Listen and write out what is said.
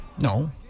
No